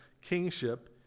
kingship